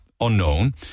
unknown